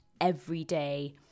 everyday